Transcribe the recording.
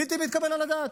בלתי מתקבל על הדעת.